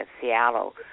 Seattle